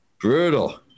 Brutal